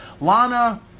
Lana